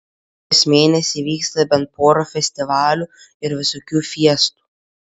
kas mėnesį vyksta bent pora festivalių ir visokių fiestų